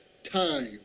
time